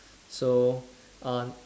so uh